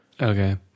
Okay